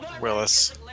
Willis